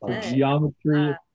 Geometry